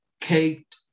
Caked